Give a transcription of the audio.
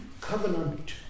covenant